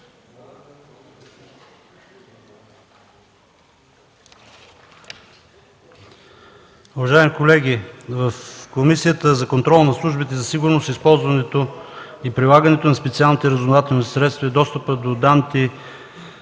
Уважаеми колеги, в Комисията за контрол над службите за сигурност, използването и прилагането на специалните разузнавателни средства и достъпа до данните